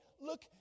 look